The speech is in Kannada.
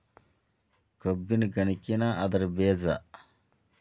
ಕಬ್ಬಿನ ಗನಕಿನ ಅದ್ರ ಬೇಜಾ